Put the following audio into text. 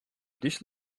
dish